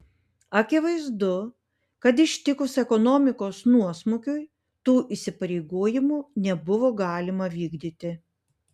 akivaizdu kad ištikus ekonomikos nuosmukiui tų įsipareigojimų nebuvo galima vykdyti